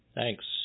Thanks